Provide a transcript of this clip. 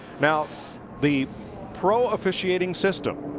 now, the pro officiating system,